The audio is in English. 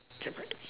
right